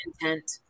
intent